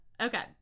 Okay